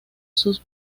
sus